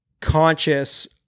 conscious